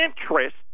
interest